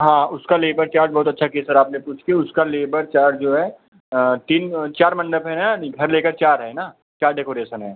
हाँ उसका labour charge बहुत अच्छा किया सर आपने पूछकर उसका लेबर चार्ज जो है तीन चार मण्डप हैं न घर लेकर चार है ना चार डेकोरेशन हैं